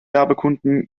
werbekunden